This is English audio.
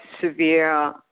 severe